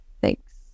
thanks